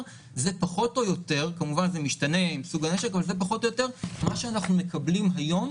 זה פחות או יותר מה שאנחנו מקבלים היום